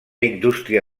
indústria